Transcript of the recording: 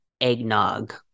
eggnog